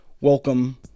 Welcome